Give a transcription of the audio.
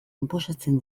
inposatzen